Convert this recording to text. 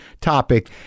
topic